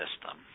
system